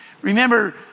Remember